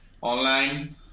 online